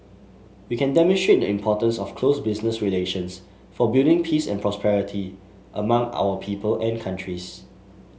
we can demonstrate the importance of close business relations for building peace and prosperity among our people and countries